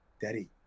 Daddy